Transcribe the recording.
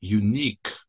unique